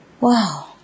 Wow